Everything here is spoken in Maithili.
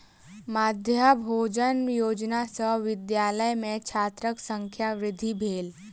मध्याह्न भोजन योजना सॅ विद्यालय में छात्रक संख्या वृद्धि भेल